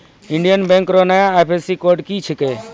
Indian Bank रो नया IFSC code की छिकै